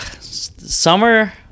summer